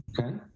Okay